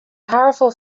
powerful